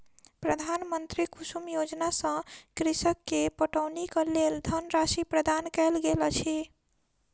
प्रधानमंत्री कुसुम योजना सॅ कृषक के पटौनीक लेल धनराशि प्रदान कयल गेल